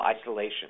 isolation